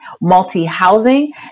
multi-housing